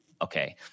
Okay